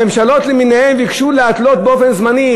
הממשלות למיניהן ביקשו להתלות באופן זמני,